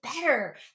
better